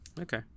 Okay